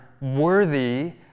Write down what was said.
worthy